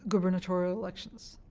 gubernatorial elections.